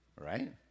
right